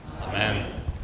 Amen